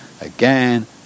again